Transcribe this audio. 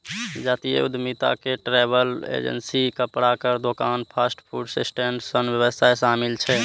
जातीय उद्यमिता मे ट्रैवल एजेंसी, कपड़ाक दोकान, फास्ट फूड स्टैंड सन व्यवसाय शामिल छै